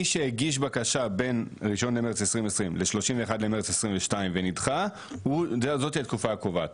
מי שהגיש בקשה בין 1 למרץ 2020 ל-31 למרץ 2022 ונדחה זו התקופה הקובעת,